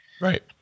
Right